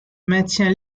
maintient